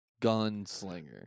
Gunslinger